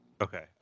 Okay